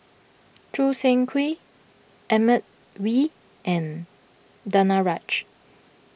Choo Seng Quee Edmund Wee and Danaraj